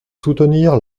soutenir